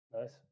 Nice